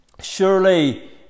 Surely